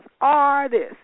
artists